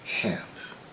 hands